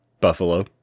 buffalo